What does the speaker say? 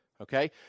okay